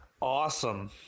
Awesome